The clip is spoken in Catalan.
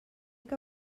que